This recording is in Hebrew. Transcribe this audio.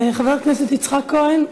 חבר הכנסת יצחק כהן,